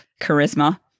charisma